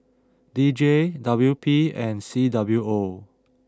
D J W P and C W O